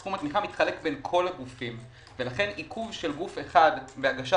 סכום התמיכה מתחלק בין כל הגופים ולכן עיכוב של גוף אחד בהגשת